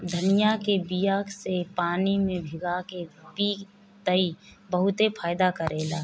धनिया के बिया के पानी में भीगा के पिय त ई बहुते फायदा करेला